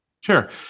Sure